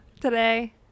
today